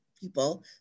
people